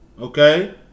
Okay